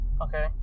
Okay